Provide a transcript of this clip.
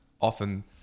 often